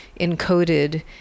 encoded